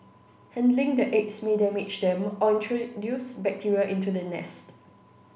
handling the eggs may damage them or introduce bacteria into the nest